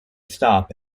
stop